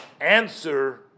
answer